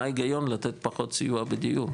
מה ההיגיון לתת פחות סיוע בדיור?